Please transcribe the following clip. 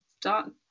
done